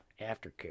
aftercare